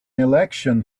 election